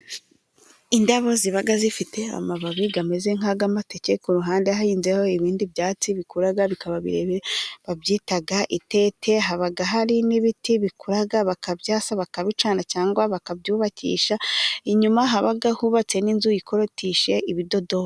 Indabo ziba zifite amababi bimeze nk'iby'amateke, ku ruhande hahinzeho ibindi byatsi bikura bikaba birebire, babyita itete. Haba hari n'ibiti bikura, bakabyasa bakabicana cyangwa bakabyubakisha, inyuma haba hubatse n'inzu ikorotishije ibidodoki.